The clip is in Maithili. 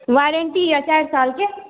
वारण्टी यऽ चारि सालके